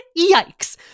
yikes